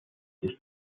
ich